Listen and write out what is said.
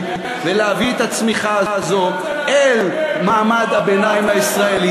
ולהביא את הצמיחה הזאת אל מעמד הביניים הישראלי.